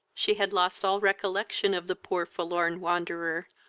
she had lost all recollection of the poor forlorn wanderer,